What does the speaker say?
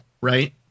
right